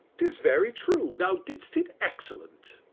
tis very true thou didst it excellent.